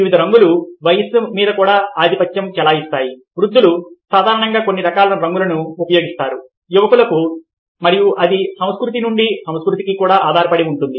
వివిధ రంగులు వయస్సు మీద ఆధిపత్యం చెలాయిస్తాయి వృద్ధులు సాధారణంగా కొన్ని రకాల రంగులను ఉపయోగిస్తారు యువకులకు మరియు అది సంస్కృతి నుండి సంస్కృతికి కూడా ఆధారపడి ఉంటుంది